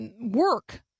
work